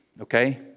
okay